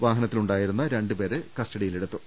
വാഹത്തിലുണ്ടായിരുന്ന രണ്ടുപേരെ കസ്റ്റഡിയി ലെടുത്തു